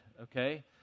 okay